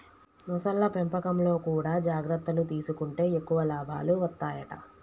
మొసళ్ల పెంపకంలో కూడా జాగ్రత్తలు తీసుకుంటే ఎక్కువ లాభాలు వత్తాయట